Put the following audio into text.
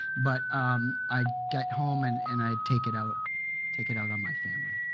but i'd get home and and i'd take it out take it out on my family.